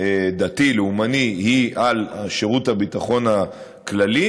דתי-לאומני היא על השירות הביטחון הכללי,